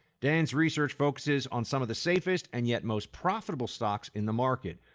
dan's research focuses on some of the safest and yet most profitable stocks in the market,